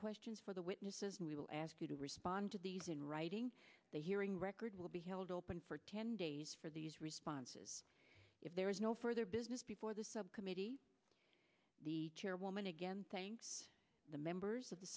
questions for the witnesses and we will ask you to respond to these in writing the hearing record will be held open for ten days for these responses if there is no further business before the subcommittee the chairwoman again thank the members of the